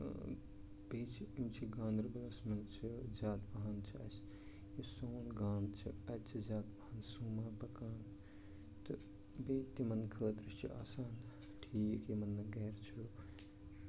بیٚیہِ چھِ یِم چھِ گانٛدربَلَس منٛز چھِ زیادٕ پَہن چھِ اَسہِ یہِ سون گام چھُ اَتہِ چھِ زیادٕ پَہن سوما پَکان تہٕ بیٚیہِ تِمَن خٲطرٕ چھِ آسان ٹھیٖک یِمَن نہٕ گرِ چھُ